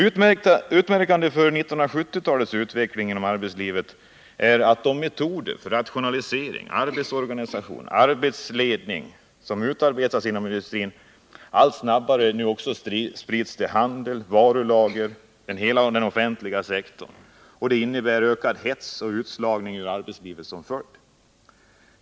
Utmärkande för 1970-talets utveckling inom arbetslivet är att de metoder för rationalisering, arbetsorganisation och arbetsledning som utarbetas inom industrin i allt snabbare takt nu också sprids till handeln, varulager och hela den offentliga sektorn — med hets och utslagning ur arbetslivet som följd.